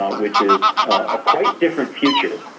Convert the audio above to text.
ah which is a quite different future.